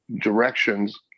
directions